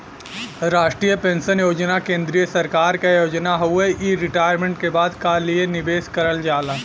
राष्ट्रीय पेंशन योजना केंद्रीय सरकार क योजना हउवे इ रिटायरमेंट के बाद क लिए निवेश करल जाला